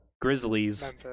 Grizzlies